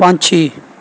ਪੰਛੀ